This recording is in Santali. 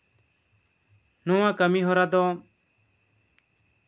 ᱱᱚᱶᱟ ᱠᱟᱹᱢᱤᱦᱚᱨᱟ ᱫᱚ